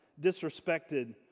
disrespected